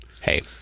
hey